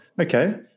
Okay